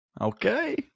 Okay